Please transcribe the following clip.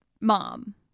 mom